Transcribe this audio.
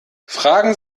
fragen